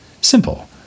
Simple